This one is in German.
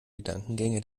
gedankengänge